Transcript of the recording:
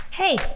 Hey